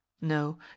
no